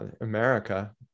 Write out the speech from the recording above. America